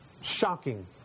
shocking